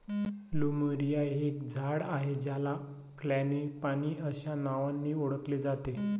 plumeria हे एक झाड आहे ज्याला फ्रँगीपानी अस्या नावानी ओळखले जाते